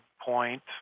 point